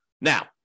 Now